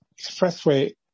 expressway